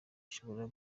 ishobora